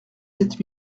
sept